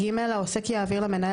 (ג) העוסק יעביר למנהל,